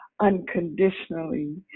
unconditionally